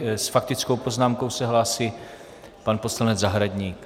S faktickou poznámkou se hlásí pan poslanec Zahradník.